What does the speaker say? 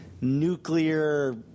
nuclear